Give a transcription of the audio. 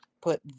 Put